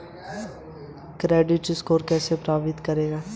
Personal loan मेरे credit score को कैसे प्रभावित करेगा?